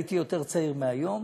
הייתי יותר צעיר מהיום,